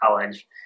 college